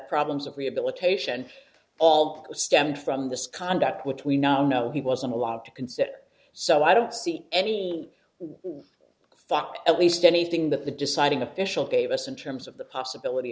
problems of rehabilitation all stemmed from this conduct which we now know he wasn't allowed to consider so i don't see any one thought at least anything that the deciding official gave us in terms of the possibility